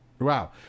wow